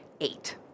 eight